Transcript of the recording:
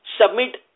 submit